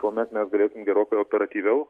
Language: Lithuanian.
tuomet mes galėtum gerokai operatyviau